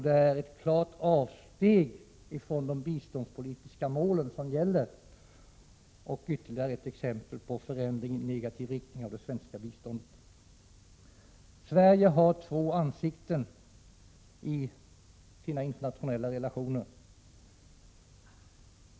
Det är ett klart avsteg från de biståndspolitiska mål som gäller och ytterligare ett exempel på försämringen i negativ riktning av det svenska biståndet. Sverige har två ansikten i sina internationella relationer.